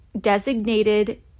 designated